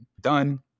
Done